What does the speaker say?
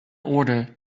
order